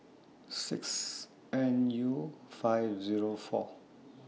six N U five Zero four